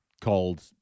called